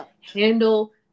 handle